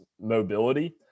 mobility